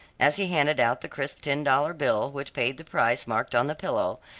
as he handed out the crisp ten dollar bill, which paid the price marked on the pillow,